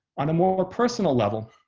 on a more personal level,